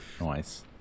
Nice